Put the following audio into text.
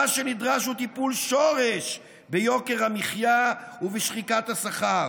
מה שנדרש הוא טיפול שורש ביוקר המחיה ובשחיקת השכר.